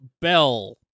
bell